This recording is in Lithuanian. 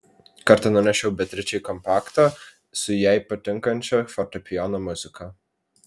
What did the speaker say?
kartą nunešiau beatričei kompaktą su jai patinkančia fortepijono muzika